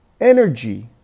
energy